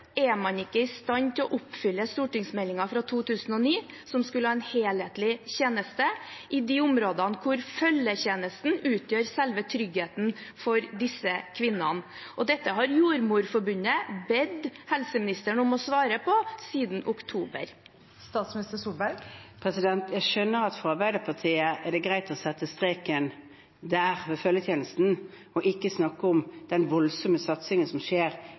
er man ikke i stand til å oppfylle stortingsmeldingen fra 2009, som skulle gi en helhetlig tjeneste i de områdene hvor følgetjenesten utgjør selve tryggheten for disse kvinnene. Dette har Jordmorforbundet bedt helseministeren om å svare på siden oktober. Jeg skjønner at for Arbeiderpartiet er det greit å sette strek der, ved følgetjenesten, og ikke snakke om den voldsomme satsingen som skjer